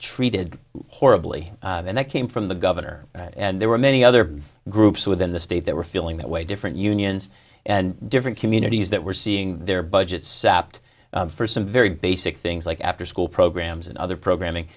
treated horribly and that came from the governor and there were many other groups within the state that were feeling that way different unions and different communities that were seeing their budgets sapped for some very basic things like afterschool programs and other programming